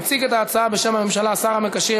מציג את ההצעה בשם הממשלה השר המקשר